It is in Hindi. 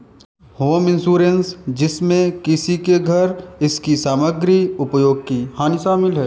होम इंश्योरेंस जिसमें किसी के घर इसकी सामग्री उपयोग की हानि शामिल है